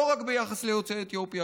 לא רק ביחס ליוצאי אתיופיה,